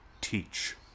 teach